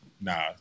Nah